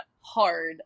hard